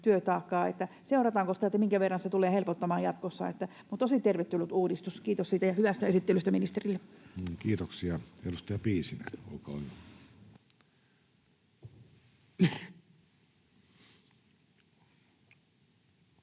seurataanko sitä, minkä verran se tulee helpottamaan jatkossa? Tosi tervetullut uudistus. Kiitos siitä ja hyvästä esittelystä ministerille. [Speech 66] Speaker: Jussi Halla-aho